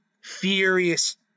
furious